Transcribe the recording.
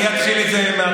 אני אתחיל את זה מההתחלה.